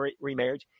remarriage